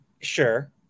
Sure